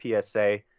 PSA